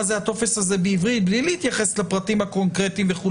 זה הטופס הזה בעברית בלי להתייחס לפרטים הקונקרטיים.